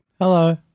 Hello